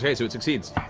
yeah so it succeeds.